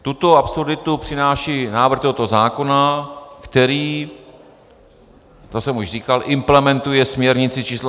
Tuto absurditu přináší návrh tohoto zákona, který, to jsem už říkal, implementuje směrnici č. 820/2017.